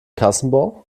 kassenbon